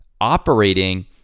operating